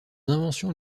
inventions